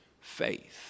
faith